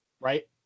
right